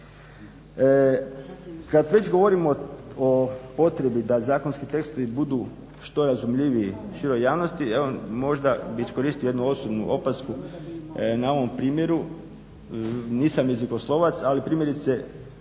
Kad već govorimo o potrebi da zakonski tekstovi budu što razumljiviji široj javnosti, evo možda bi iskoristio jednu osobnu opasku na ovom primjeru. Nisam jezikoslovac, ali primjerice